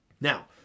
Now